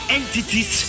entities